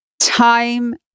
time